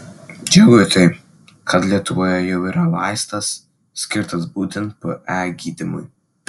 džiugu tai kad lietuvoje jau yra vaistas skirtas būtent pe gydymui